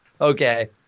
Okay